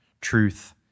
truth